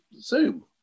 Zoom